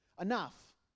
Enough